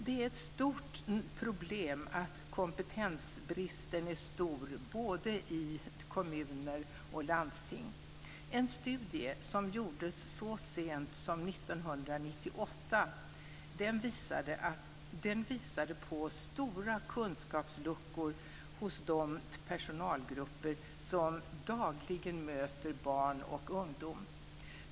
Det är ett stort problem att kompetensbristen är stor både i kommuner och landsting. En studie som gjordes så sent som 1998 visade på stora kunskapsluckor hos de personalgrupper som dagligen möter barn och ungdom.